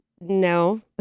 no